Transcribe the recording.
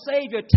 Savior